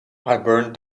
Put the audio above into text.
burned